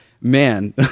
man